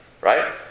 Right